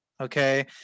Okay